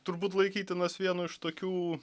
turbūt laikytinas vienu iš tokių